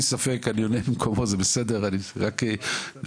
כמו שאמרתי,